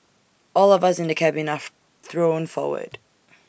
all of us in the cabin are thrown forward